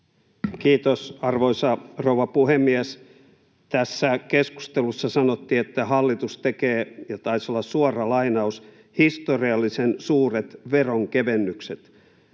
Kiitos, arvoisa rouva puhemies! Tässä keskustelussa sanottiin, että hallitus tekee, taitaa olla suora lainaus, ”historiallisen suuret veronkevennykset”.